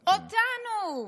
אותנו.